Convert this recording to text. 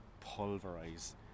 pulverize